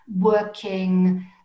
working